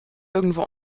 irgendwo